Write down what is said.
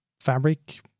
Fabric